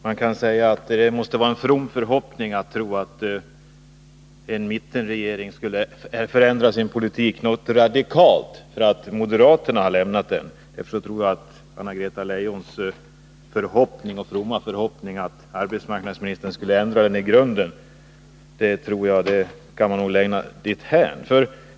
Fru talman! Det är nog mera en from förhoppning, om man tänker sig att mittenregeringen skulle förändra sin politik radikalt bara därför att den nu inte längre har moderaterna med sig. Anna-Greta Leijons fromma förhoppning att arbetsmarknadsministern skulle ändra politiken i grunden tror jag att vi kan lämna därhän.